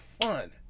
fun